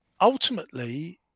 ultimately